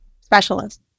specialist